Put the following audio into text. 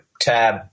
tab